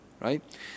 Right